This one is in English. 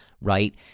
right